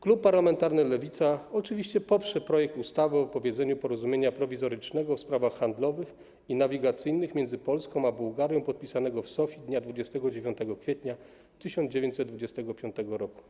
Klub parlamentarnym Lewica oczywiście poprze projekt ustawy o wypowiedzeniu Porozumienia Prowizorycznego w sprawach handlowych i nawigacyjnych między Polską a Bułgarją, podpisanego w Sofii dnia 29 kwietnia 1925 roku.